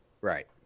right